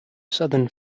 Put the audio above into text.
southern